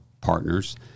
partners